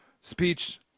speech